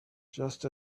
just